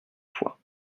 fois